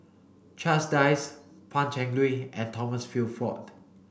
Charles Dyce Pan Cheng Lui and Thomas Shelford